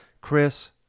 Chris